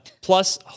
plus